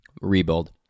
Rebuild